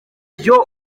byo